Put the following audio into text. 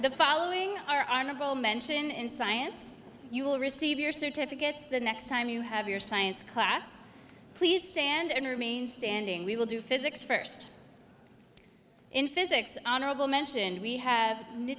the following are honorable mention in science you will receive your certificates the next time you have your science class please stand and remain standing we will do physics first in physics honorable mention we have